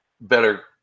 better